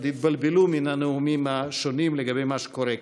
התבלבלו מן הנאומים השונים לגבי מה שקורה כאן.